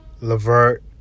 Levert